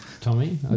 Tommy